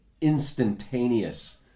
instantaneous